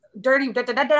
Dirty